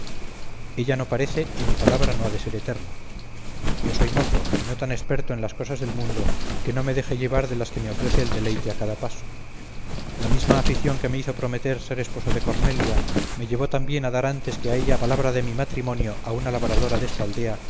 ella no parece y mi palabra no ha de ser eterna yo soy mozo y no tan experto en las cosas del mundo que no me deje llevar de las que me ofrece el deleite a cada paso la misma afición que me hizo prometer ser esposo de cornelia me llevó también a dar antes que a ella palabra de matrimonio a una labradora desta aldea